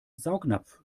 saugnapf